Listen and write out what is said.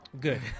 Good